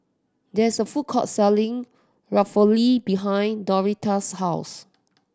there is a food court selling Ravioli behind Norita's house